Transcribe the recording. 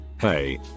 hey